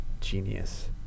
genius